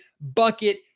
bucket